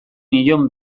nion